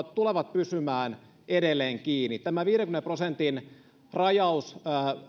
ravintolat tulevat pysymään edelleen kiinni tämä viidenkymmenen prosentin rajaus